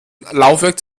laufwerk